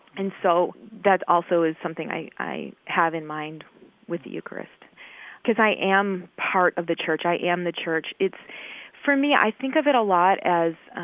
and so that also is something i i have in mind with the eucharist because i am part of the church, i am the church. it's for me i think of it a lot as